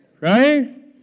right